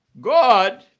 God